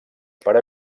per